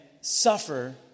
suffer